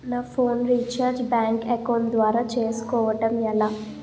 నా phone recharge bank account ద్వారా చేసుకోవటం ఎలా?